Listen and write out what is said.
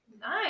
Nice